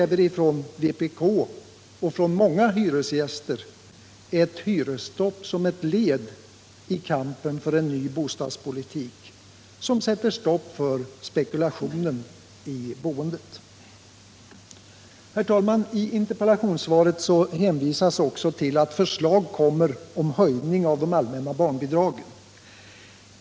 Vpk och många hyresgäster kräver ett hyresstopp som ett led i kampen för en ny bostadspolitik, som sätter stopp för spekulationen i boendet. Herr talman! I interpellationssvaret hänvisas också till att förslag kommer om en höjning av de allmänna barnbidragen.